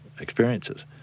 experiences